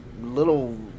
little